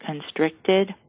constricted